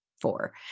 four